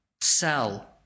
sell